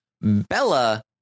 Bella